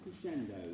crescendo